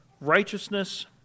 righteousness